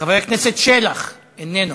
חבר הכנסת שלח, איננו.